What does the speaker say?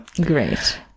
Great